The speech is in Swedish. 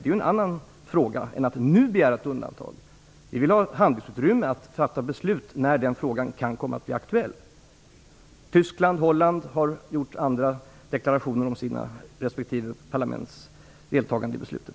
Det är en annan fråga än att nu begära undantag. Vi vill ha handlingsutrymme att fatta beslut när den frågan kan komma att bli aktuell. Tyskland och Holland har gjort andra deklarationer om sina respektive parlaments deltagande i beslutet.